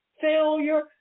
Failure